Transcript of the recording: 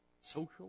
social